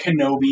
Kenobi